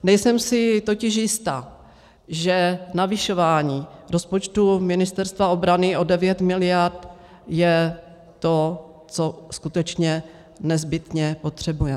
Nejsem si totiž jista, že navyšování rozpočtu Ministerstva obrany o 9 miliard je to, co skutečně nezbytně potřebujeme.